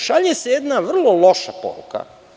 Šalje se jedna vrlo loša poruka.